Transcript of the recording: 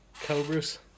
cobras